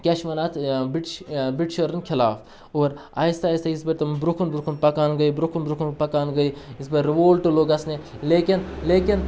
کیٛاہ چھِ وَنان اَتھ بِرٛٹِش بِرٛٹِشَرَن خلاف اور آہِستہ آہِستہ یِژ پھِر تِم برونٛہہ کُن برونٛہہ کُن پَکان گٔے برونٛہہ کُن برونٛہہ کُن پَکان گٔے یِژ پھِر رِوولٹہٕ لوٚگ گژھنہِ لیکِن لیکِن